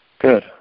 Good